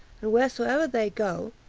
and wheresoever they go,